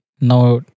now